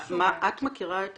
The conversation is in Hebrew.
את מכירה את